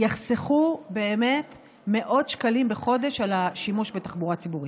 יחסכו באמת מאות שקלים בחודש על השימוש בתחבורה הציבורית.